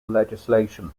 legislation